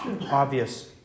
obvious